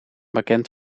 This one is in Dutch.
bekend